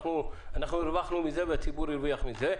אנחנו הרווחנו מזה והציבור הרוויח מזה.